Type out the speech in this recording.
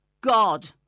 God